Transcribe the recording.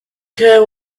care